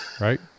Right